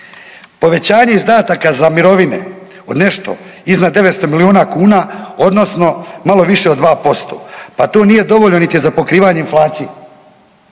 Povećanje izdataka za mirovine od nešto iznad 900 milijuna kuna odnosno malo više od 2%, pa to nije dovoljno niti za pokrivanje inflacije,